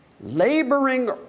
laboring